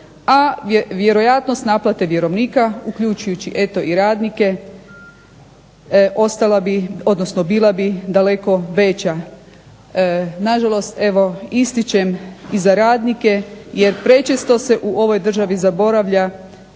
a vjerojatnost naplate vjerovnika uključujući eto i radnike ostala bi, odnosno bila bi daleko veća. Na žalost eto ističem i za radnike jer prečesto se u ovoj državi zaboravlja,